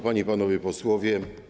Panie i Panowie Posłowie!